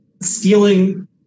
stealing